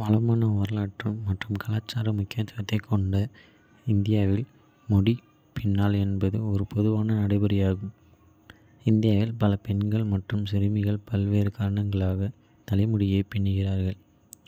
வளமான வரலாறு மற்றும் கலாச்சார முக்கியத்துவத்தைக் கொண்ட இந்தியாவில் முடி பின்னல் என்பது ஒரு பொதுவான நடைமுறையாகும். இந்தியாவில் பல பெண்கள் மற்றும் சிறுமிகள் பல்வேறு காரணங்களுக்காக தலைமுடியை பின்னுகிறார்கள்,